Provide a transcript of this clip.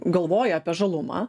galvoja apie žalumą